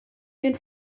den